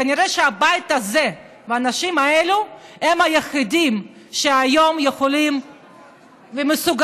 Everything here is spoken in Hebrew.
כנראה שהבית הזה והאנשים האלה הם היחידים שהיום יכולים ומסוגלים,